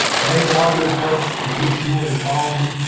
megan, i'll go first and case you want to follow me.